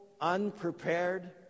unprepared